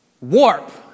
warp